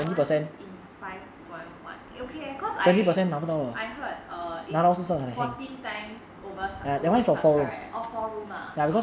one in five point one okay cause I I heard err its fourteen times over sub~ overly subscribe right oh four ah